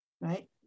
right